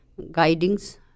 guidings